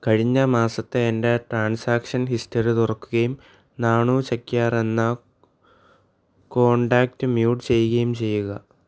കഴിഞ്ഞ മാസത്തെ എന്റെ ട്രാൻസാക്ഷൻ ഹിസ്റ്ററി തുറക്കുകയും നാണു ചക്യാർ എന്ന കോണ്ടാക്റ്റ് മ്യൂട്ട് ചെയ്യുകയും ചെയ്യുക